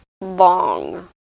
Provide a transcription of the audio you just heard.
long